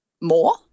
more